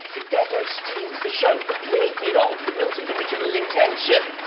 the devil steals the show, completely at odds with milton's original intention,